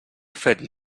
fet